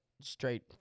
straight